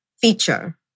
feature